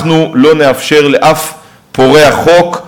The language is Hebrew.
אנחנו לא נאפשר לאף פורע חוק,